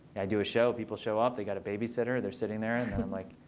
i do a show. people show up. they got a babysitter. they're sitting there. and i'm like,